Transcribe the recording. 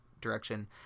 direction